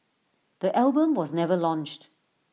the album was never launched